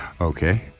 Okay